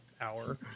hour